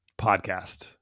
podcast